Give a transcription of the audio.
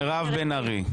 מירב בן ארי,